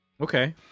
Okay